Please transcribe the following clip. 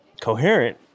coherent